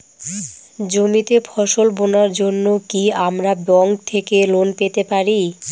জমিতে ফসল বোনার জন্য কি আমরা ব্যঙ্ক থেকে লোন পেতে পারি?